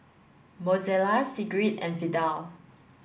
Mozella Sigrid and Vidal